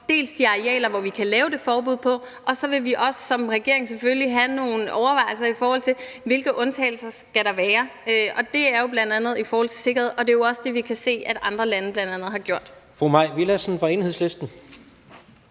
for de arealer, som vi kan lave det forbud for, og så vil vi også som regering selvfølgelig have nogle overvejelser i forhold til, hvilke undtagelser der skal være, og det er jo bl.a. i forhold til sikkerhed, og det er jo også det, vi kan se andre lande bl.a. har gjort. Kl. 16:12 Tredje